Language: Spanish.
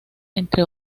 entre